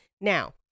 Now